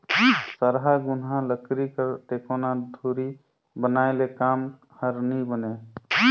सरहा घुनहा लकरी कर टेकोना धूरी बनाए ले काम हर नी बने